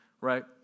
right